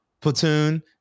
platoon